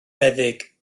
feddyg